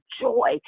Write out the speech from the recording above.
joy